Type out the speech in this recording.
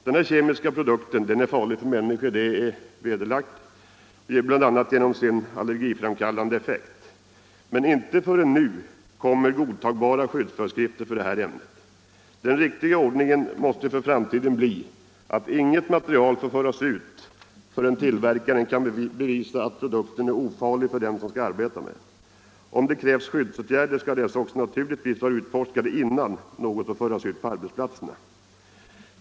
Denna kemiska produkt är, det är bevisat, farlig för människor bl.a. genom sin allergiframkallande effekt. Men inte förrän nu kommer godtagbara skyddsföreskrifter för detta ämne. Den riktiga ordningen måste i framtiden bli att inget material får föras ut förrän tillverkaren kan bevisa att produkten är ofarlig för dem som skall arbeta med den. Om det krävs skyddsåtgärder skall dessa också naturligtvis vara utforskade innan en produkt får föras ut på arbetsplatserna.